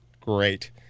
Great